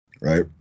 Right